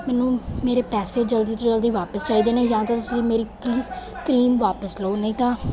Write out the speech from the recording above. ਮੈਨੂੰ ਮੇਰੇ ਪੈਸੇ ਜਲਦੀ ਤੋਂ ਜਲਦੀ ਵਾਪਸ ਚਾਹੀਦੇ ਨੇ ਜਾਂ ਤਾਂ ਤੁਸੀਂ ਮੇਰੀ ਪਲੀਜ਼ ਕਰੀਮ ਵਾਪਸ ਲਓ ਨਹੀਂ ਤਾਂ